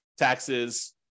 taxes